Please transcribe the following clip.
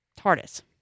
TARDIS